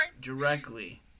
Directly